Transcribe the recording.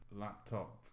laptop